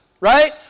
Right